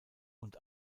und